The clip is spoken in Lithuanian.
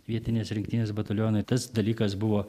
vietinės rinktinės batalionai tas dalykas buvo